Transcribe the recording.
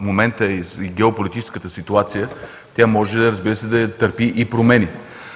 момента, и с геополитическата ситуация, тя може да търпи и промени,